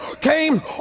came